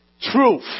truth